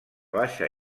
baixa